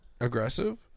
aggressive